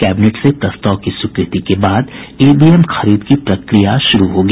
cabinet से प्रस्ताव की स्वीकृति के बाद ईवीएम खरीद का प्रक्रिया शुरू होगी